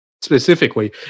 specifically